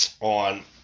on